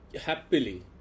Happily